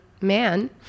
man